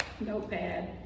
Notepad